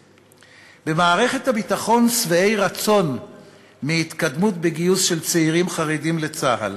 "במערכת הביטחון שבעי רצון מההתקדמות בגיוס של צעירים חרדים לצה"ל.